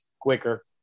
quicker